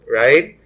right